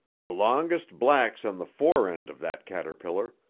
the longest black's on the fore end of that caterpillar,